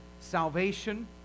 Salvation